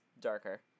darker